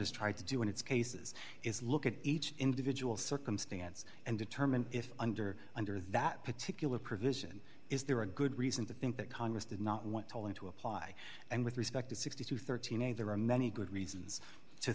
has tried to do in its cases is look at each individual circumstance and determine if under under that particular provision is there a good reason to think that congress did not want to learn to apply and with respect to sixty to thirty nine there are many good reasons to